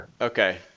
Okay